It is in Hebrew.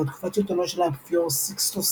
ועד תקופת שלטונו של האפיפיור סיקסטוס